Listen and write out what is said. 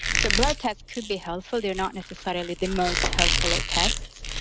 so, blood tests could be helpful. they're not necessarily the most helpful of tests.